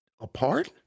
apart